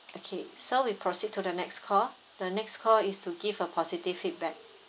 okay so we proceed to the next call the next call is to give a positive feedback